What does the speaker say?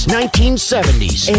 1970s